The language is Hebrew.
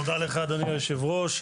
תודה לך, אדוני היושב-ראש.